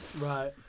Right